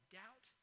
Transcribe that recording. doubt